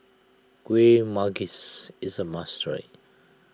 Kueh Manggis is a must try